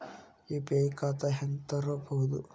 UPI ಖಾತಾ ಹೆಂಗ್ ತೆರೇಬೋದು?